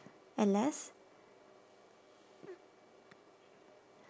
and less